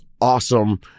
awesome